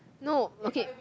no okay